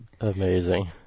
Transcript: Amazing